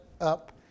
up